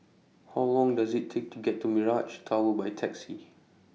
How Long Does IT Take to get to Mirage Tower By Taxi